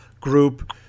group